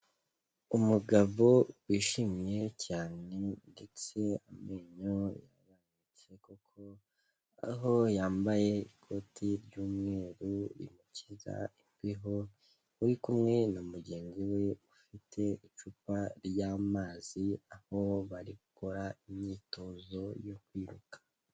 Umugabo wishimye cyane, ndetse amenyo yaraditse koko aho yambaye ikoti ry'umweru rimukiza imbeho uri kumwe na mugenzi we ufite icupa ry'amazi aho bari gukora imyitozo yo kwiruka.